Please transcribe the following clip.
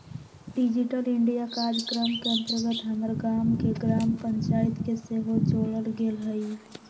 digital India काजक्रम के अंतर्गत हमर गाम के ग्राम पञ्चाइत के सेहो जोड़ल गेल हइ